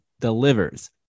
delivers